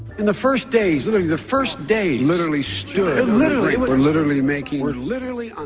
in the first days, literally the first days. literally stood. literally we're literally making. we're literally on